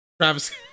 Travis